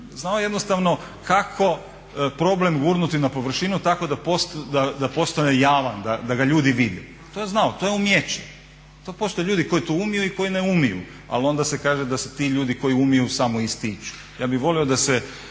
znao je jednostavno kako problem gurnuti na površinu tako da postane javan, da ga ljudi vide, to je znao, to je umijeće. To postoje ljudi koji to umiju i koji ne umiju. Ali onda se kaže da se ti ljudi koji umiju samo ističu. Ja bih volio da se